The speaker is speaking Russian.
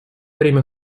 время